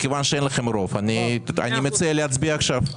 מכיוון שאין לכם רוב, אני מציע להצביע עכשיו .